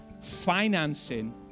financing